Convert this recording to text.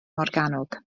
morgannwg